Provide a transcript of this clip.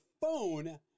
phone